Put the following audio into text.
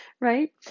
Right